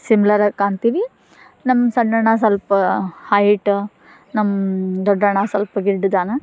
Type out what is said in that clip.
similar ಆಗಿ ಕಾಣ್ತೀವಿ ನಮ್ಮ ಸಣ್ಣ ಅಣ್ಣ ಸ್ವಲ್ಪ ಹೈಟ್ ನಮ್ಮ ದೊಡ್ಡಣ್ಣ ಸ್ವಲ್ಪ ಗಿಡ್ಡಿದ್ದಾನೆ